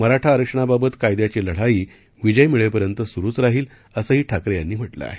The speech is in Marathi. मराठा आरक्षणाबाबत कायद्याची लढाई विजय मिळेपर्यंत सुरुच राहील असंही ठाकरे यांनी म्हटलं आहे